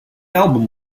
album